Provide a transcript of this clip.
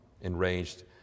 enraged